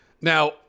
Now